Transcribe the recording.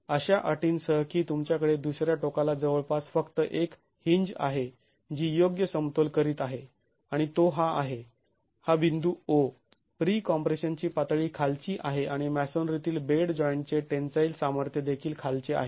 अशा अटींसह की तुमच्याकडे दुसऱ्या टोकाला जवळपास फक्त एक हींज आहे जी योग्य समतोल करीत आहे आणि तो हा आहे हा बिंदू O प्री कॉम्प्रेशन ची पातळी खालची आहे आणि मॅसोनरीतील बेड जॉईंटचे टेन्साईल सामर्थ्य देखील खालचे आहे